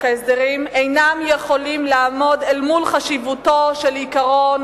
ההסדרים אינם יכולים לעמוד אל מול החשיבות של עקרון